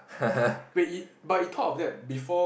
wait y~ but you thought of that before